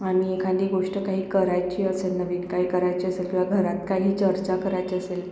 आम्ही एखादी गोष्ट काही करायची असेल नवीन काही करायची असेल किंवा घरात काही चर्चा करायची असेल